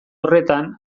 horretan